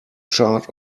chart